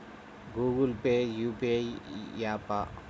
Google Pay UPI య్యాపా?